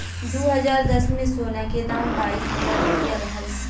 दू हज़ार दस में, सोना के दाम बाईस हजार रुपिया रहल